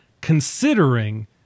considering